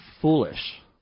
foolish